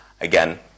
again